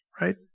right